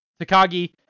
Takagi